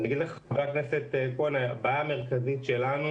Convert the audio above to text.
הבעיה המרכזית שלנו